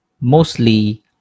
mostly